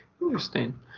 Interesting